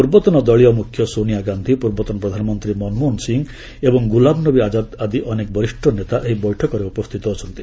ପୂର୍ବତନ ଦଳୀୟ ମୁଖ୍ୟ ସୋନିଆ ଗାନ୍ଧୀ ପୂର୍ବତନ ପ୍ରଧାନମନ୍ତ୍ରୀ ମନମୋହନ ସିଂ ଏବଂ ଗୁଲାମ ନବୀ ଆଜାଦ୍ ଆଦି ଅନେକ ବରିଷ୍ଠ ନେତା ଏହି ବୈଠକରେ ଉପସ୍ଥିତ ଅଛନ୍ତି